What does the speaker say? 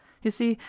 you see,